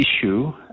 issue